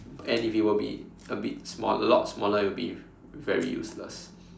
and if it were be a bit smaller a lot smaller it'll be very useless